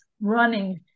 running